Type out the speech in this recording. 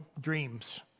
dreams